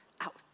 out